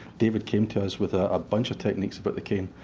david came to us with a bunch of techniques about the cane,